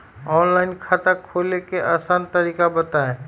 Online खाता खोले के आसान तरीका बताए?